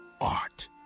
art